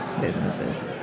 businesses